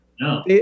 No